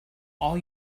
all